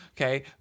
Okay